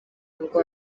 ngo